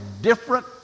different